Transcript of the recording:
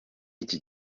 iki